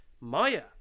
Maya